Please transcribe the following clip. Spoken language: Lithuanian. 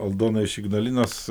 aldona iš ignalinos